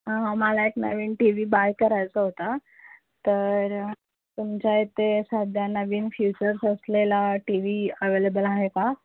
मला एक नवीन टी वी बाय करायचा होता तर तुमच्या इथे सध्या नवीन फीचर्स असलेला टी वी अवेलेबल आहे का